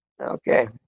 Okay